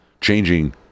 changing